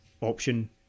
option